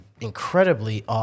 incredibly –